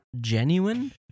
genuine